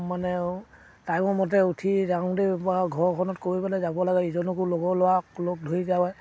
মানে টাইমৰ মতে উঠি যাওঁতে বা ঘৰখনত কৈ পেলাই যাব লাগে ইজনকো লগৰ ল'ৰাক লগ ধৰি যায়